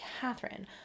Catherine